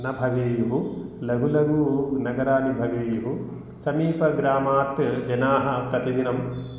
न भवेयुः लघुलघुनगराणि भवेयुः समीपग्रामात् जनाः प्रतिदिनं